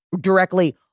directly